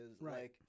Right